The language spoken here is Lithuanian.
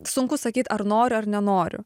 sunku sakyt ar noriu ar nenoriu